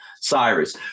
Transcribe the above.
cyrus